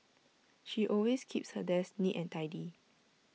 she always keeps her desk neat and tidy